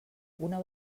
una